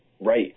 right